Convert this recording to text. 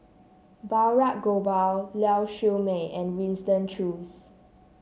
Balraj Gopal Lau Siew Mei and Winston Choos